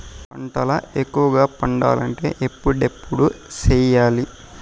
పంటల ఎక్కువగా పండాలంటే ఎప్పుడెప్పుడు సేయాలి?